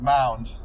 Mound